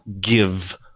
give